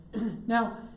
Now